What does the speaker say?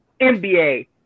NBA